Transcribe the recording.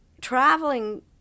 traveling